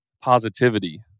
positivity